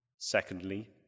Secondly